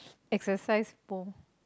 exercise more